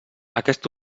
aquest